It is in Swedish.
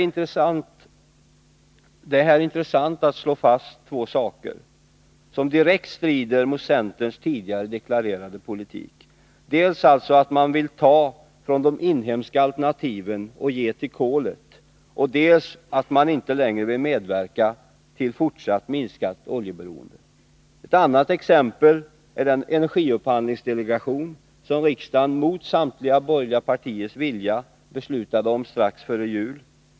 Det är här intressant att fastslå två saker som direkt strider mot centerns tidigare deklarerade politik: dels att man vill så att säga ta från de inhemska alternativen och ge till kolet, dels att man inte längre vill medverka till fortsatt minskat oljeberoende. Ett annat exempel är energiupphandlingsdelegationen, som riksdagen mot samtliga borgerliga partiers vilja beslutade om strax före jul.